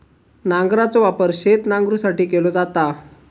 नांगराचो वापर शेत नांगरुसाठी केलो जाता